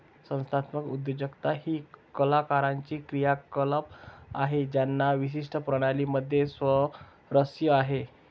संस्थात्मक उद्योजकता ही कलाकारांची क्रियाकलाप आहे ज्यांना विशिष्ट प्रणाली मध्ये स्वारस्य आहे